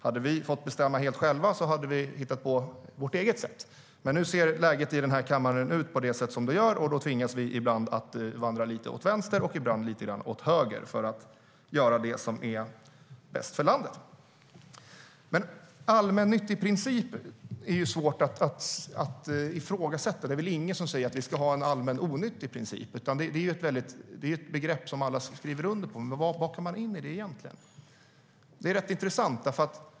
Hade vi fått bestämma helt själva hade vi hittat på vårt eget sätt. Men nu ser läget i den här kammaren ut på det sätt som det gör. Då tvingas vi ibland att vandra lite åt vänster och ibland lite grann åt höger för att göra det som är bäst för landet. Det är svårt att ifrågasätta en allmännyttig princip. Det är väl ingen som säger att vi ska ha allmänonyttig princip. Allmännyttig princip är ju ett begrepp som alla skriver under på, men vad lägger man in i det egentligen? Det är intressant.